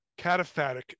cataphatic